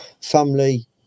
family